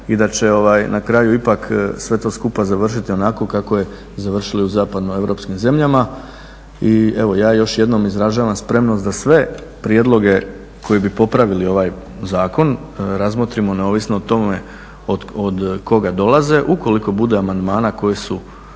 i da će na kraju ipak sve to skupa završiti onako kako je završilo i u zapadnoeuropskim zemljama. I evo, ja još jednom izražavam spremnost da sve prijedloge koji bi popravili ovaj zakon razmotrimo neovisno o tome od koga dolaze. Ukoliko bude amandmana koji su